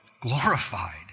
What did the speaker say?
glorified